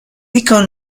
became